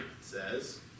says